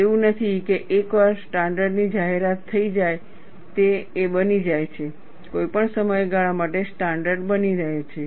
એવું નથી કે એકવાર સ્ટાન્ડર્ડ ની જાહેરાત થઈ જાય તે એ બની જાય છે કોઈપણ સમયગાળા માટે સ્ટાન્ડર્ડ બની રહે છે